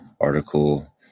article